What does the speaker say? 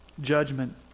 Judgment